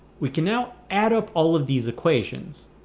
we can now add up all of these equations